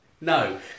No